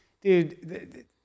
dude